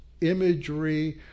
imagery